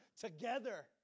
together